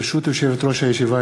ברשות יושבת-ראש הישיבה,